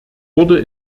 wurde